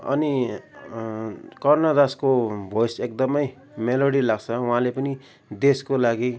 अनि कर्णदासको भोइस एकदमै मेलोडी लाग्छ उहाँले पनि देशको लागि